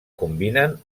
combinen